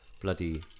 bloody